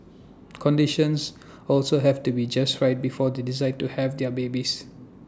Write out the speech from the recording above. conditions also have to be just right before they decide to have their babies